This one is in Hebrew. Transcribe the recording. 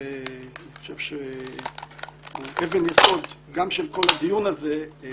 מבחינתי אבן יסוד גם של הדיון הזה זה